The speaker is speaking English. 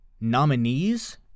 nominees